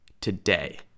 today